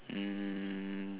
um